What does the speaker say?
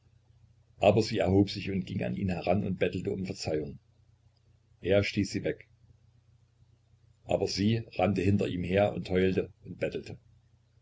aber sie erhob sich und ging an ihn heran und bettelte um verzeihung er stieß sie weg aber sie rannte hinter ihm her und heulte und bettelte